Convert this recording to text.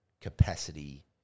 capacity